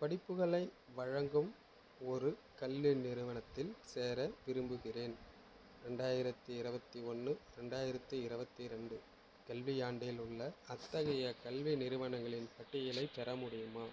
படிப்புகளை வழங்கும் ஒரு கல்வி நிறுவனத்தில் சேர விரும்புகிறேன் ரெண்டாயிரத்து இருபத்தி ஒன்று ரெண்டாயிரத்து இருபத்தி ரெண்டு கல்வியாண்டில் உள்ள அத்தகைய கல்வி நிறுவனங்களின் பட்டியலைப் பெற முடியுமா